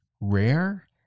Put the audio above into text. rare